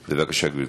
בבקשה, גברתי.